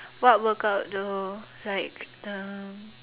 what workout though like um